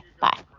Bye